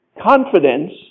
confidence